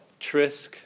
Trisk